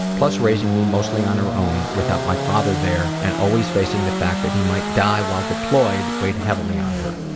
plus raising me mostly on her own without my father there and always facing the fact that he might die while deployed weighed heavily on her.